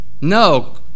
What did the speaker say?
No